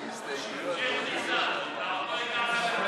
תמשיך, ניסן, אתה עוד לא הגעת לפרק ב'.